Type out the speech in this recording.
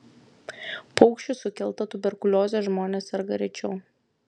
paukščių sukelta tuberkulioze žmonės serga rečiau